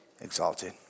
exalted